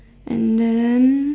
and then